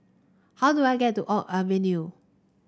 how do I get to Oak Avenue